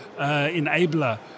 enabler